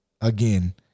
again